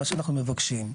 מה שאנחנו מבקשים,